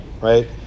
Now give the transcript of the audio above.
right